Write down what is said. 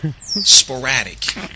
sporadic